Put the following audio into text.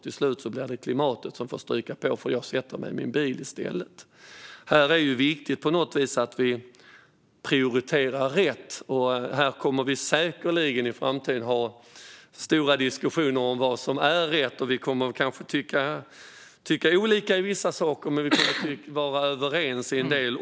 Till slut blir det klimatet som får stryka på foten, för jag sätter mig i min bil i stället. Det är viktigt att vi prioriterar rätt. Här kommer vi säkerligen i framtiden att ha stora diskussioner om vad som är rätt. Vi kommer kanske att tycka olika i vissa saker, men vi kommer också att vara överens i en del.